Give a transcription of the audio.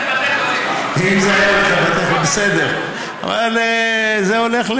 ואם זה היה, זה בסדר, אבל זה הולך,